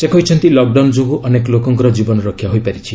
ସେ କହିଛନ୍ତି ଲକ୍ଡାଉନ୍ ଯୋଗୁଁ ଅନେକ ଲୋକଙ୍କର ଜୀବନ ରକ୍ଷା ହୋଇପାରିଛି